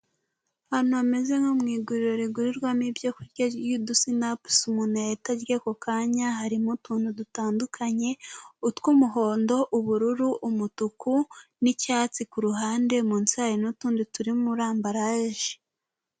Ahantu hameze nko mu iguriro rigurirwamo ibyo kurya ry'udusinapusi umuntu yahita arya ako kanya, harimo utuntu dutandukanye, utw'umuhondo, ubururu, umutuku n'icyatsi, ku ruhande munsi hari n'utundi turi muri ambaraje.